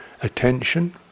attention